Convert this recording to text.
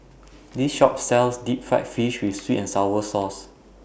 This Shop sells Deep Fried Fish with Sweet and Sour Sauce